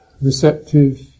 receptive